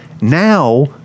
Now